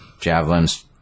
Javelin's